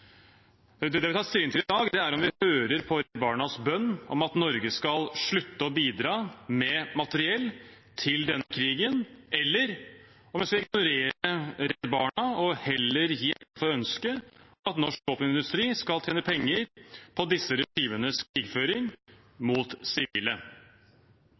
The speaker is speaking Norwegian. Det vi tar stilling til i dag, er om vi hører på Redd Barnas bønn om at Norge skal slutte å bidra med materiell til denne krigen, eller om man skal ignorere Redd Barna og heller gi etter for ønsket om at norsk våpenindustri skal tjene penger på disse regimenes krigføring